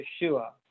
Yeshua